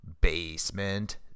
Basement